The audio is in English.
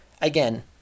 Again